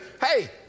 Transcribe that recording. hey